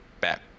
back